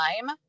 time